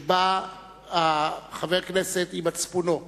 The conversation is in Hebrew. שבא חבר הכנסת עם מצפונו,